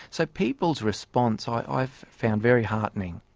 so people's response, ah i've found very heartening.